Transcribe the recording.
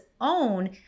own